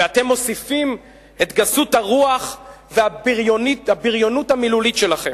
ואתם מוסיפים את גסות הרוח והבריונות המילולית שלכם.